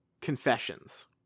confessions